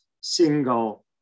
single